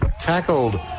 Tackled